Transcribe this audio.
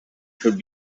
should